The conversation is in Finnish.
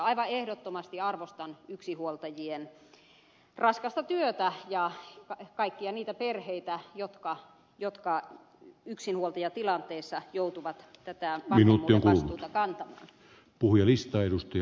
aivan ehdottomasti arvostan yksinhuoltajien raskasta työtä ja kaikkia niitä perheitä jotka yksinhuoltajatilanteessa joutuvat vanhemmuuden vastuuta kantamaan